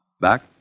back